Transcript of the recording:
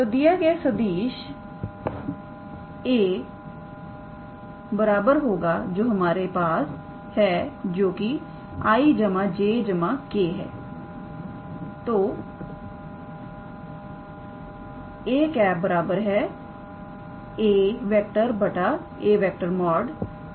तो दिया गया सदिश𝑎⃗ बराबर होगा जो हमारे पास है जोकि 𝑖̂ 𝑗̂ 𝑘̂ है